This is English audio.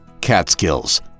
catskills